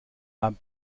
habe